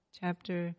chapter